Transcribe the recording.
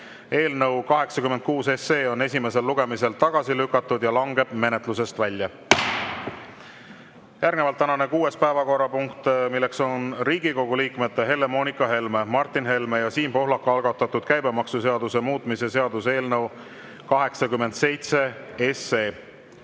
Eelnõu 86 on esimesel lugemisel tagasi lükatud ja langeb menetlusest välja. Järgnevalt tänane kuues päevakorrapunkt, Riigikogu liikmete Helle-Moonika Helme, Martin Helme ja Siim Pohlaku algatatud käibemaksuseaduse muutmise seaduse eelnõu 87.